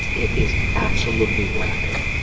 it is absolutely rampant.